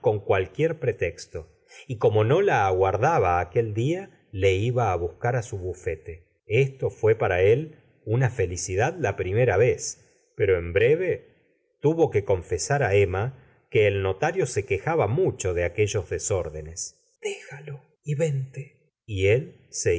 cualquier pretexto y como no la aguardaba aquel día le iba á buscar á su bufete esto fué para él una felicidad la primera vez pero en breve tuvo que confesar á emma que el notario se quejaba mucho de aquellos desórdenes déjalo y ventet y él se